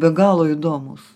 be galo įdomūs